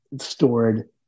stored